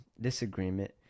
disagreement